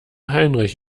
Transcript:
heinrich